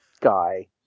guy